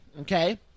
Okay